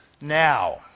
Now